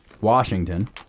Washington